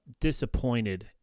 disappointed